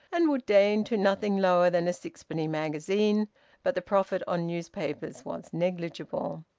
and would deign to nothing lower than a sixpenny magazine but the profit on newspapers was negligible.